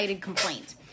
complaint